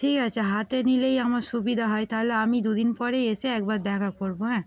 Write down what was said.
ঠিক আছে হাতে নিলেই আমার সুবিধা হয় তাহলে আমি দুদিন পরেই এসে একবার দেখা করবো হ্যাঁ